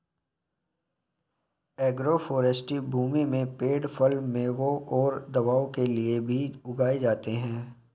agroforestry भूमि में पेड़ फल, मेवों और दवाओं के लिए भी उगाए जाते है